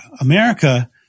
America